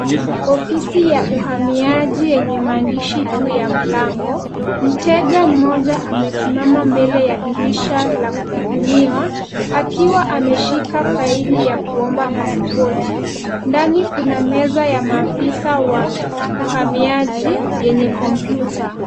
Ofisi ya uhamiaji yenye maandishi juu ya mlango, mteja mmoja amesimama mbele ya dirisha la kukudumiwa, akiwa ameshika faili ya kuomba pasipoti ndani kuna meza ya maafisa wa uhamiaji yenye kompyuta.